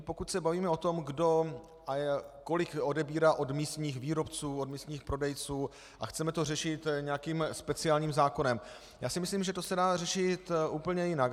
Pokud se bavíme o tom, kdo a kolik odebírá od místních výrobců, od místních prodejců, a chceme to řešit nějakým speciálním zákonem, já si myslím, že to se dá řešit úplně jinak.